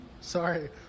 Sorry